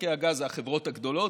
ספקי הגז הם החברות הגדולות,